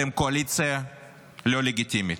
אתם קואליציה לא לגיטימית,